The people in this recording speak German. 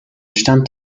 stand